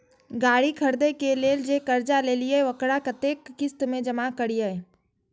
गाड़ी खरदे के लेल जे कर्जा लेलिए वकरा कतेक किस्त में जमा करिए?